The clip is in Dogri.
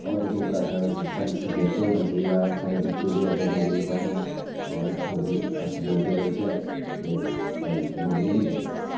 होर डोगरा साढ़ा सब्जैक्ट होना चाहिदा साढ़े बच्चे बी अग्गें डोगरी पढ़न होर डोगरी अस बोलदे रौह्चै ते साढ़ी डोगरी दी जै जैकार होऐ